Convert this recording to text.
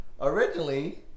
Originally